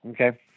Okay